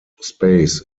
space